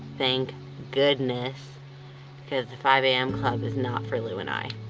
thank goodness because the five a m. club is not for lou and i.